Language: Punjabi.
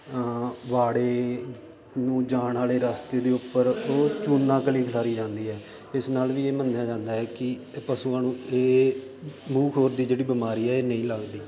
ਵਾੜੇ ਨੂੰ ਜਾਣ ਵਾਲੇ ਰਸਤੇ ਦੇ ਉੱਪਰ ਉਹ ਚੂਨਾ ਕਲੀ ਖਿਲਾਰੀ ਜਾਂਦੀ ਹੈ ਇਸ ਨਾਲ ਵੀ ਇਹ ਮੰਨਿਆ ਜਾਂਦਾ ਹੈ ਕਿ ਪਸ਼ੂਆਂ ਨੂੰ ਇਹ ਮੂੰਹ ਖੋਰ ਦੀ ਜਿਹੜੀ ਬਿਮਾਰੀ ਹੈ ਇਹ ਨਹੀਂ ਲੱਗਦੀ